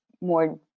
more